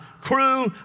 crew